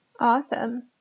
Awesome